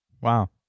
Wow